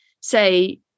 say